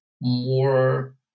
more